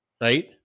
right